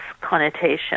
connotation